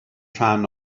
rhan